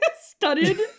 studded